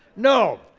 no,